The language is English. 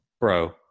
bro